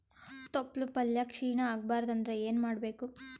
ತೊಪ್ಲಪಲ್ಯ ಕ್ಷೀಣ ಆಗಬಾರದು ಅಂದ್ರ ಏನ ಮಾಡಬೇಕು?